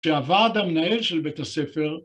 שהוועד המנהל של בית הספר